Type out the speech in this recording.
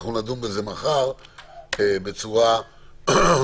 נדון בזה מחר בצורה מלאה,